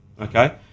Okay